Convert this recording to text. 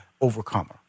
Overcomer